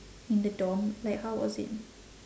in the dorm like how was it